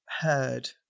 heard